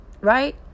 Right